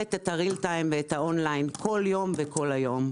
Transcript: מנהלת את ה-ריל טיים ואת ה-און ליין כל יום וכל היום.